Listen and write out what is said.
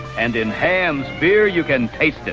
and in hamm's beer, you can taste it.